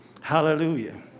Hallelujah